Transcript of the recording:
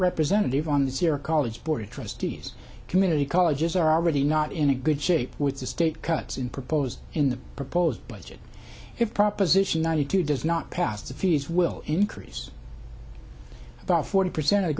representative on this year college board of trustees community colleges are already not in a good shape with the state cuts in proposed in the proposed budget if proposition ninety two does not pass the fees will increase about forty percent of